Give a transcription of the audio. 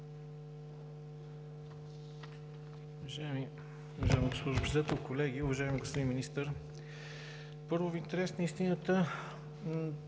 Уважаеми господин Министър, първо, в интерес на истината